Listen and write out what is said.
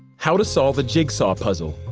how to solve a jigsaw puzzle.